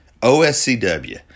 OSCW